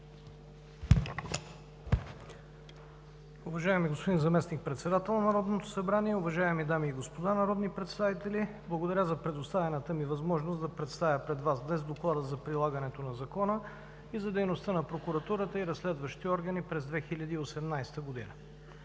Уважаеми господин Заместник-председател на Народното събрание, уважаеми дами и господа народни представители! Благодаря за предоставената ми възможност да представя пред Вас днес Доклада за прилагането на закона и за дейността на Прокуратурата и разследващите органи през 2018 г.